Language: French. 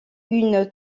une